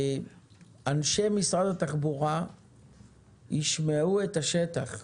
אנשי משרד התחבורה ישמעו את השטח והנציבות,